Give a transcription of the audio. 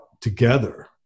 together